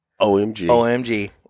OMG